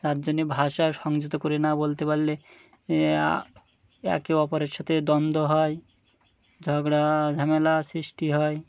তার জন্যে ভাষা সংযত করে না বলতে পারলে একে অপরের সাথে দ্বন্দ্ব হয় ঝগড়া ঝামেলা সৃষ্টি হয়